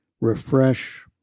refresh